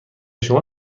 شما